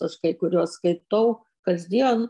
aš kai kuriuos skaitau kasdien